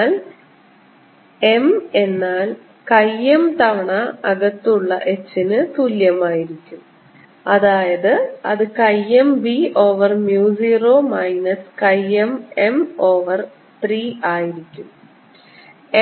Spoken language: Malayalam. എന്നാൽ m എന്നാൽ chi m തവണ അകത്തുള്ള h ന് തുല്യമായിരിക്കും അതായത് അത് chi m b over mu 0 minus chi m m over 3 ആയിരിക്കും